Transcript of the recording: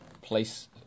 place